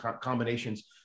combinations